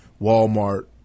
Walmart